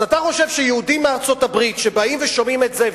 אז אתה חושב שיהודים מארצות-הברית שבאים ושומעים את זה,